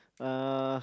uh